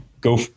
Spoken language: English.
go